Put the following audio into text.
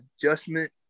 adjustment